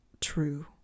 true